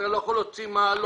אתה לא יכול להוציא מעלון.